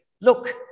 look